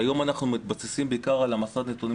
היום אנחנו מתבססים בעיקר על מסד הנתונים